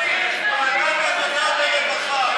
המזכה בנקודות זכות),